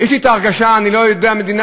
זה נקרא תקציב?